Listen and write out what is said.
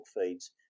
feeds